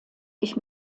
ich